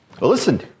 Listen